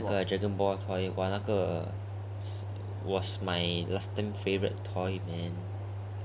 那个 dragon ball toy !wah! 那个 was my last time favourite toy man